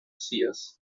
seers